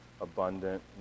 abundant